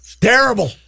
terrible